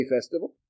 festival